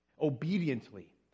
obediently